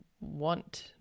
want